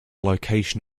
location